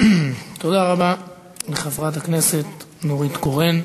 תודה רבה לחברת הכנסת נורית קורן.